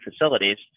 facilities